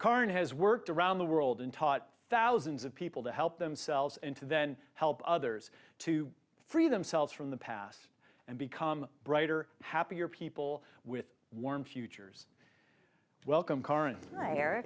current has worked around the world and taught thousands of people to help themselves and then help others to free themselves from the past and become brighter happier people with warm futures welcome c